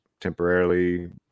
temporarily